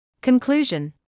Conclusion